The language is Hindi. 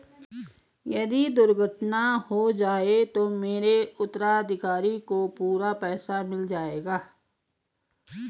यदि दुर्घटना हो जाये तो मेरे उत्तराधिकारी को पूरा पैसा मिल जाएगा?